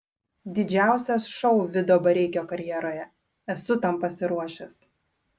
didžiausias šou vido bareikio karjeroje esu tam pasiruošęs